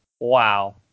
wow